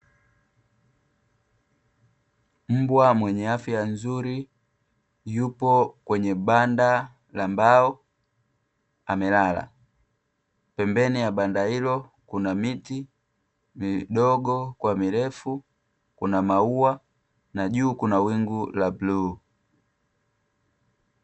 Mbwa mwenye afya nzuri yuko kwenye banda la mbao wamelala. Pembeni ya banda hilo kuna miti midogo kwa mirefu; kuna maua, na juu kuna wingu la bluu.